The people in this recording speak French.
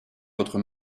votre